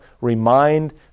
remind